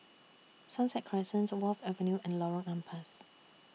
Sunset Crescent Wharf Avenue and Lorong Ampas